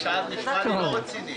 זה נשמע לא רציני.